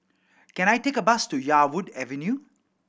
can I take a bus to Yarwood Avenue